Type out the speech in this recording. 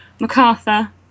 MacArthur